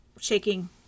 shaking